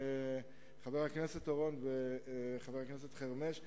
חבר הכנסת אורון וחבר הכנסת חרמש,